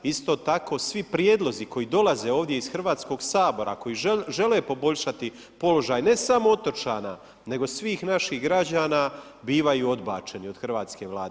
Isto tako svi prijedlozi koji dolaze ovdje iz Hrvatskog sabora koji žele poboljšati položaj ne samo otočana nego svih naših građana bivaju odbačeni od hrvatske Vlade.